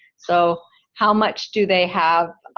so how much do they have